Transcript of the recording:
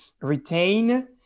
retain